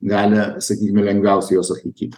gali sakykim lengviausiai juos atlaikyti